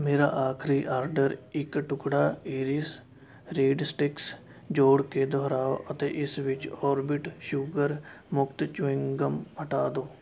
ਮੇਰਾ ਆਖਰੀ ਆਡਰ ਇੱਕ ਟੁਕੜਾ ਇਰੀਸ ਰੀਡ ਸਟਿਕਸ ਜੋੜ ਕੇ ਦੁਹਰਾਓ ਅਤੇ ਇਸ ਵਿੱਚ ਔਰਬਿਟ ਸ਼ੂਗਰ ਮੁਕਤ ਚਿਊਗਮ ਹਟਾ ਦਿਉ